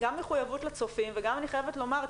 מחויבות לצופים וגם אני חייבת לומר,